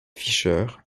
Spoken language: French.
fisher